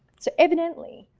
so evidently,